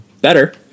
better